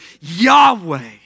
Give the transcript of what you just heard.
Yahweh